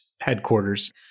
headquarters